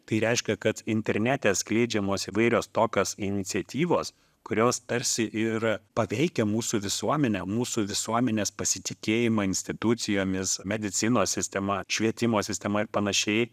tai reiškia kad internete skleidžiamos įvairios tokios iniciatyvos kurios tarsi ir paveikia mūsų visuomenę mūsų visuomenės pasitikėjimą institucijomis medicinos sistema švietimo sistema ir panašiai